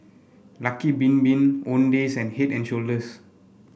Lucky Bin Bin Owndays and Head And Shoulders